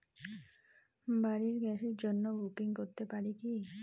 বাড়ির গ্যাসের জন্য বুকিং করতে পারি কি?